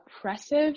oppressive